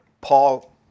Paul